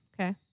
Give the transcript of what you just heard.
Okay